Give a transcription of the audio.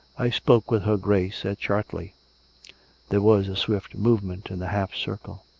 i spoke with her grace at chartley there was a swift movement in the half circle.